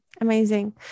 amazing